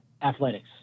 athletics